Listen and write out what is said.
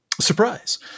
surprise